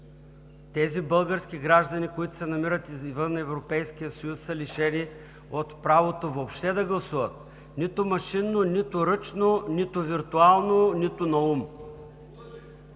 Тези български граждани, които се намират извън Европейския съюз, са лишени от правото въобще да гласуват – нито машинно, нито ръчно, нито виртуално, нито наум.